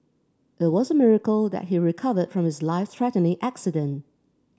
it was a miracle that he recovered from his life threatening accident